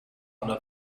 under